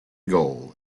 goal